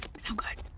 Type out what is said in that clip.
so good.